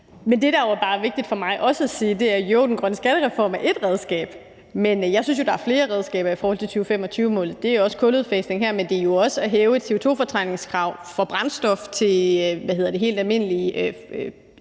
det, der bare er vigtigt for mig også at sige, er, at den grønne skattereform er ét redskab, men at jeg jo synes, at der er flere redskaber i forhold til 2025-målet. Det er kuludfasningen her, men det er jo også at hæve et CO2-fortrængningskrav for brændstof til helt almindelige